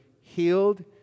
healed